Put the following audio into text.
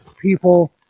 people